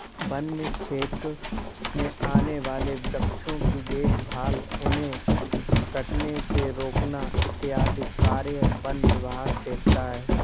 वन्य क्षेत्र में आने वाले वृक्षों की देखभाल उन्हें कटने से रोकना इत्यादि कार्य वन विभाग देखता है